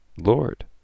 Lord